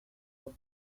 for